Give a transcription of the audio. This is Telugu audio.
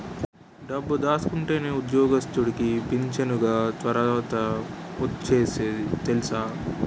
డబ్బు దాసుకుంటేనే ఉద్యోగస్తుడికి పింఛనిగ తర్వాత ఒచ్చేది తెలుసా